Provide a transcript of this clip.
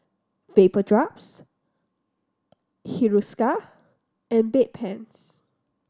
Vapodrops Hiruscar and Bedpans